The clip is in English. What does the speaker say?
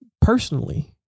personally